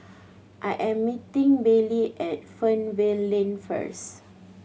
I am meeting Baylee at Fernvale Lane first